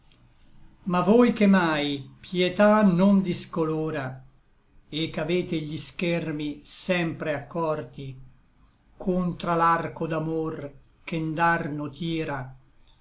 ma voi che mai pietà non discolora et ch'avete gli schermi sempre accorti contra l'arco d'amor che ndarno tira